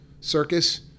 circus